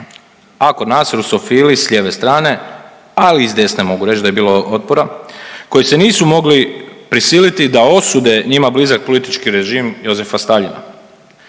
a kod nas rusofili s lijeve strane, ali i s desne, mogu reći, da je bilo otpora, koji se nisu mogli prisiliti da osude njima blizak politički režim Jozefa Staljina.